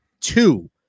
two